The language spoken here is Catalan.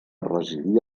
residir